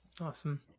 Awesome